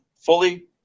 fully